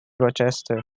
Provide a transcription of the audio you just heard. rochester